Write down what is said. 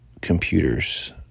computers